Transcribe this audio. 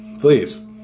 please